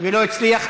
ולא הצליח,